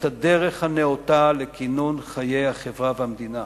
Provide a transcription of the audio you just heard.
את הדרך הנאותה לכינון חיי החברה והמדינה,